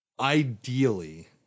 ideally